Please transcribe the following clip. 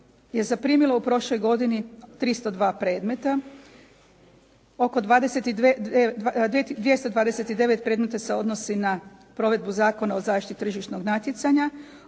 je zaprimilo u prošloj godini 302 predmeta. Oko 229 predmeta se odnosi na provedbu Zakona o zaštiti tržišnog natjecanja.